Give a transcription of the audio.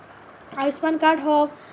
Ayushman card হওঁক